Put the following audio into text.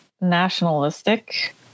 nationalistic